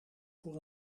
voor